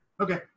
Okay